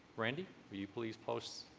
randy will you please posts